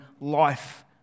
life